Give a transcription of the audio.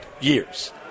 years